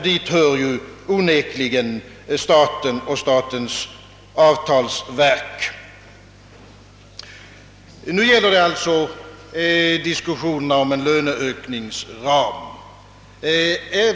Dit hör onekligen staten och statens avtalsverk. Nu gäller det alltså diskussionerna om en löneökningsram.